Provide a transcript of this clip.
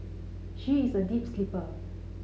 she is a deep sleeper